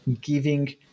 giving